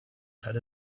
had